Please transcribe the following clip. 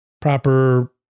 proper